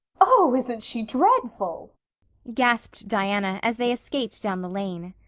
oh, isn't she dreadful? gasped diana, as they escaped down the lane.